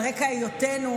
על רקע היותנו,